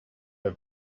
have